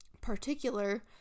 particular